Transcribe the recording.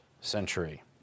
century